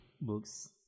books